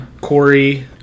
Corey